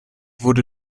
wurde